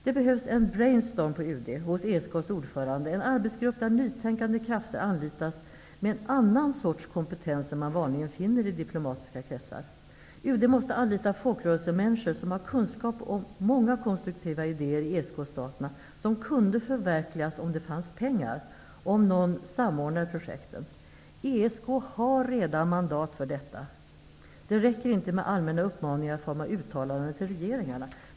Det behövs en ''brainstorm'' på UD, hos ESK:s ordförande. Det behövs en arbetsgrupp där man anlitar nytänkande krafter med en annan sorts kompetens än den man vanligen finner i diplomatiska kretsar. UD måste anlita folkrörelsemänniskor, som har kunskap om många konstruktiva idéer i ESK-staterna som kunde förverkligas om det fanns pengar och någon som samordnade projekten. ESK har redan mandat för detta. Det räcker inte med allmänna uppmaningar i form av uttalanden till regeringarna.